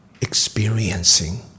experiencing